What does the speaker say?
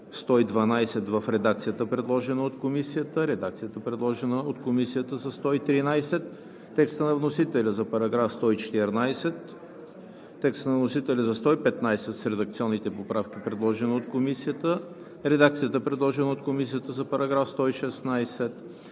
112 в редакцията, предложена от Комисията; редакцията, предложена от Комисията за § 113; текста на вносителя за § 114; текста на вносителя за § 115 с редакционните поправки, предложена от Комисията; редакцията, предложена от Комисията за § 116;